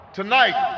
tonight